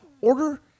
order